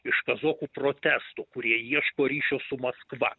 iš kazokų protestų kurie ieško ryšio su maskva